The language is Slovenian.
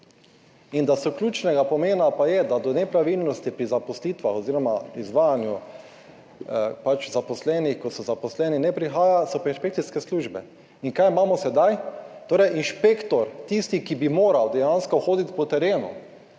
Ključnega pomena, da do nepravilnosti pri zaposlitvah oziroma izvajanju v zvezi z zaposlenimi ne prihaja, pa so inšpekcijske službe. In kaj imamo sedaj? Torej, inšpektorji, tisti, ki bi morali dejansko hoditi po terenu